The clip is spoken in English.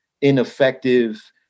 ineffective